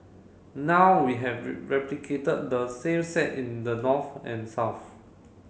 now we have replicated the same set in the north and south